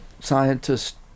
scientists